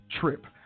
trip